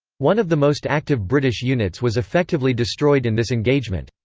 one of the most active british units was effectively destroyed in this engagement.